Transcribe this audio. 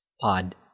pod